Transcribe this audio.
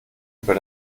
über